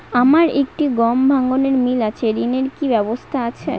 আমার একটি গম ভাঙানোর মিল আছে ঋণের কি ব্যবস্থা আছে?